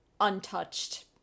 untouched